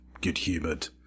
good-humoured